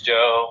Joe